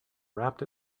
wrapped